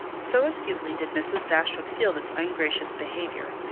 so acutely did mrs. dashwood feel this ungracious behaviour,